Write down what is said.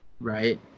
right